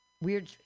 weird